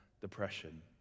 depression